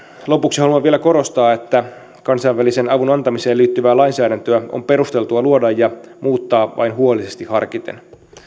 lopuksi haluan vielä korostaa että kansainvälisen avun antamiseen liittyvää lainsäädäntöä on perusteltua luoda ja muuttaa vain huolellisesti harkiten